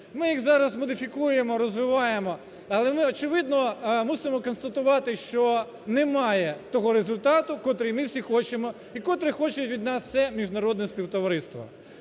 Ми їх зараз модифікуємо, розвиваємо, але ми, очевидно, мусимо констатувати, що немає того результату, котрий ми всі хочемо і котре хоче від нас все міжнародне співтовариство.